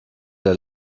der